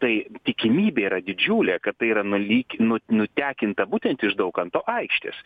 tai tikimybė yra didžiulė kad tai yra nulyk nu nutekinta būtent iš daukanto aikštės